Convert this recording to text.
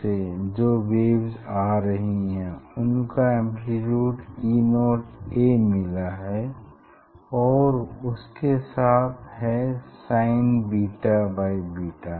से जो वेव्स आ रही हैं उनका एम्प्लीट्यूड E0a मिला है और इसके साथ है sin बीटा बाई बीटा